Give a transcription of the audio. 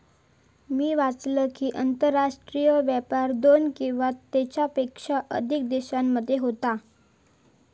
मी वाचलंय कि, आंतरराष्ट्रीय व्यापार दोन किंवा त्येच्यापेक्षा अधिक देशांमध्ये होता